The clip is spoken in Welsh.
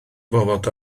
fod